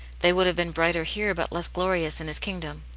they would have been brighter here, but less glorious in his kingdom.